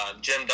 Jim